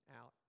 out